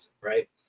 right